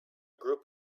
group